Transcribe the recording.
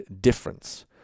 difference